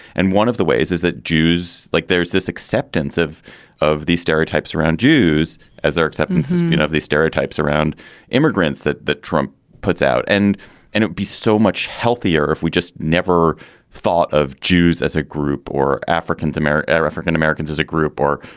and one of the ways is that jews like there's this acceptance of of these stereotypes around jews as their acceptance you know of these stereotypes around immigrants that that trump puts out and and it be so much healthier if we just never thought of jews as a group or african-american or african-americans as a group or,